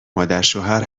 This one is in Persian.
مادرشوهر